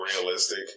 realistic